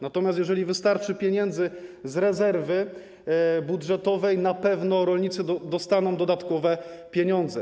Natomiast jeżeli wystarczy pieniędzy z rezerwy budżetowej, na pewno rolnicy dostaną dodatkowe pieniądze.